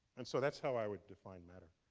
and so that's how i would define matter.